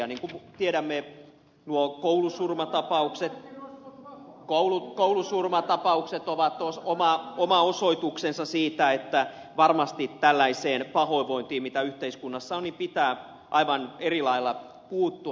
niin kuin tiedämme nuo koulusurmatapaukset ovat oma osoituksensa siitä että varmasti tällaiseen pahoinvointiin mitä yhteiskunnassa on pitää aivan eri lailla puuttua